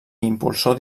impulsor